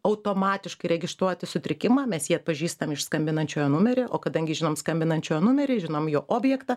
automatiškai registruoti sutrikimą mes jį atpažįstam iš skambinančiojo numerį o kadangi žinom skambinančiojo numerį žinom jo objektą